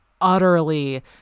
utterly